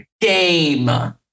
game